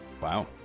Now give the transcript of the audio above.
Wow